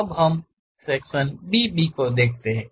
अब हम section BB को देखते हैं